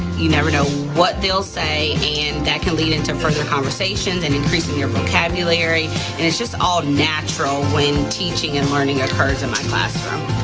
you never know what they'll say and that can lead into further conversations and increasing their vocabulary and it's just all natural when teaching and learning occurs in my classroom.